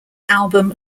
album